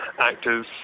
actors